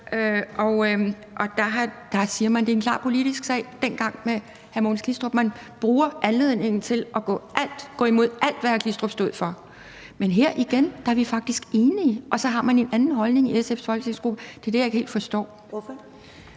med Mogens Glistrup var en klart politisk sag. Man brugte anledningen til at gå imod alt, hvad Glistrup stod for. Men igen: Her er vi faktisk enige, og så har man en anden holdning i SF's folketingsgruppe. Det er det, jeg ikke helt forstår. Kl.